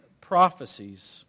prophecies